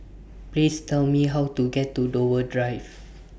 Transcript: Please Tell Me How to get to Dover Drive